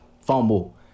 fumble